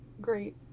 ...great